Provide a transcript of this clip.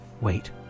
Wait